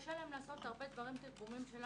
קשה לילדים בגן שפה לעשות הרבה דברים